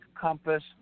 compass